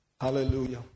Hallelujah